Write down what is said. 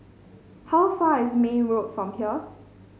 how far is May Road from here